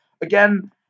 Again